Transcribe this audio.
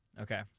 Okay